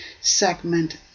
Segment